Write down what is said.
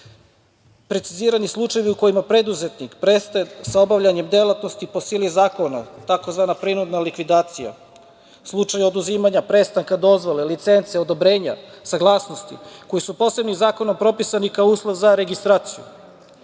lica. Precizirani su slučajevi u kojima preduzetnik prestaje sa obavljanjem delatnosti po sili zakona, tzv. prinudna likvidacija, slučaj oduzimanja, prestanka dozvole, licence, odobrenja, saglasnosti koji su posebnim zakonom propisani kao uslov za registraciju,